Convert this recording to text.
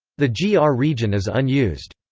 the yeah ah gr region is unused.